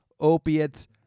opiates